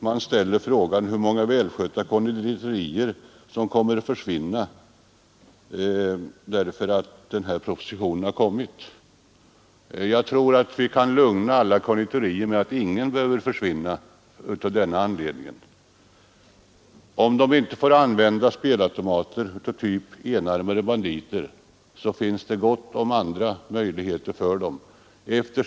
Man ställer frågan hur många välskötta konditorier som kommer att försvinna på grund av propositionen. Jag tror att vi kan lugna alla konditorier med att inget behöver försvinna av den anledningen. Även om de inte får använda enarmade banditer har de ändå möjligheter att använda andra typer av automater.